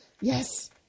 Yes